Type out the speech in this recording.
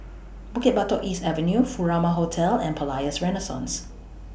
Bukit Batok East Avenue Furama Hotel and Palais Renaissance